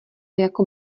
jako